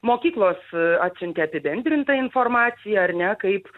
mokyklos atsiuntė apibendrintą informaciją ar ne kaip